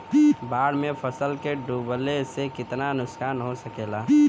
बाढ़ मे फसल के डुबले से कितना नुकसान हो सकेला?